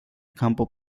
campo